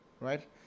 Right